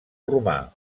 romà